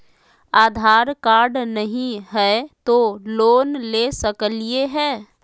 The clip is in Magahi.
आधार कार्ड नही हय, तो लोन ले सकलिये है?